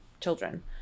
children